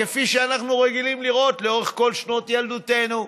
כפי שאנחנו רגילים לראות לאורך כל שנות ילדותנו.